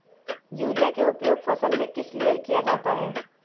Urea के उपयोग फसल में किस लिए किया जाता है?